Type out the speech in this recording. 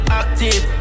active